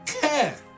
care